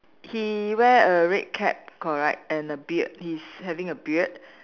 he wear a red cap correct and a beard he's having a beard